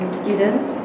students